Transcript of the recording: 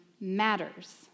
matters